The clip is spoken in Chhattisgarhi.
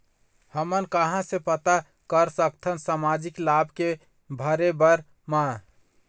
हमन कहां से पता कर सकथन सामाजिक लाभ के भरे बर मा?